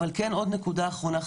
עוד נקודה אחרונה,